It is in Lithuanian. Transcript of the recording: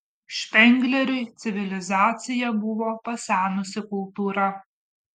špengleriui civilizacija buvo pasenusi kultūra